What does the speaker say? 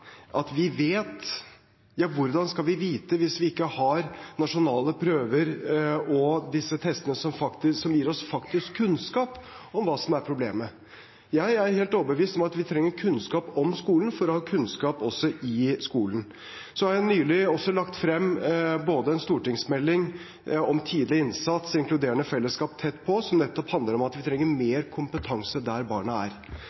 vi vet. Ja, hvordan skal vi vite hvis vi ikke har nasjonale prøver og disse testene som gir oss faktisk kunnskap om hva som er problemet? Jeg er helt overbevist om at vi trenger kunnskap om skolen for også å ha kunnskap i skolen. Så har jeg nylig også lagt frem en stortingsmelding om tidlig innsats og inkluderende fellesskap – Tett på – som nettopp handler om at vi trenger mer kompetanse der barna er.